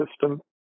system